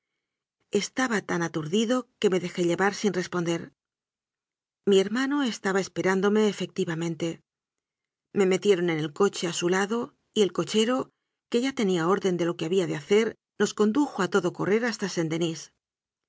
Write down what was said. estaba tan aturdido que me dejé llevar sin responder mi hermano estaba esperándome efectivamente me metieron en el coche a su lado y el cochero que ya tenía orden de lo que había de hacer nos condujo a todo correr hasta